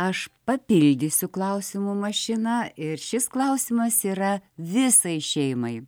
aš papildysiu klausimo mašiną ir šis klausimas yra visai šeimai